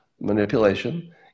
manipulation